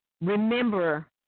remember